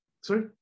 sorry